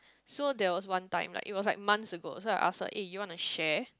so there was one time like it was like months ago so I ask her eh you want to share